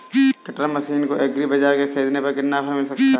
Cutter machine को Agribazaar से ख़रीदने पर कितना ऑफर मिल सकता है?